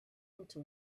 into